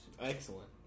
Excellent